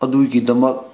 ꯑꯗꯨꯒꯤꯗꯃꯛ